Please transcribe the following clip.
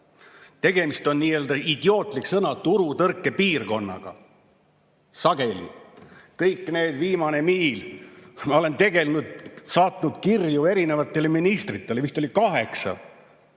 Tegemist on sageli nii-öelda – idiootlik sõna – turutõrkepiirkonnaga. [Näiteks] see viimane miil. Ma olen tegelenud, saatnud kirju erinevatele ministritele, neid vist oli kaheksa.